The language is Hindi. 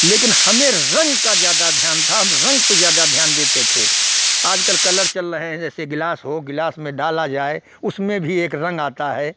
लेकिन हमें रंग का ज़्यादा ध्यान था हम रंग पर ज़्यादा ध्यान देते थे आजकल कलर चल रहे हैं जैसे ग्लास हो गिलास में डाला जाए उसमें भी एक रंग आता है